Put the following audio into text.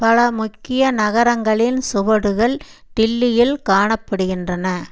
பல முக்கிய நகரங்களின் சுவடுகள் தில்லியில் காணப்படுகின்றன